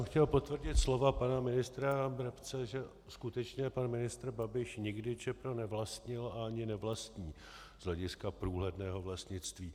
Chtěl jsem potvrdit slova pana ministra Brabce, že skutečně pan ministr Babiš nikdy Čepro nevlastnil a ani nevlastní z hlediska průhledného vlastnictví.